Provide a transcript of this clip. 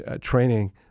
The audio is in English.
training